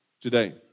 today